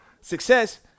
success